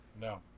No